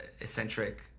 eccentric